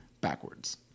backwards